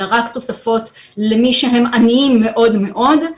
אלא רק תוספות למי שהם עניים מאוד מאוד,